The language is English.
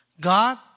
God